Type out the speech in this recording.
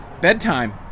bedtime